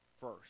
first